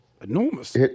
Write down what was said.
enormous